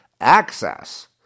access